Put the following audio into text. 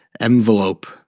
envelope